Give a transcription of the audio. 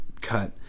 cut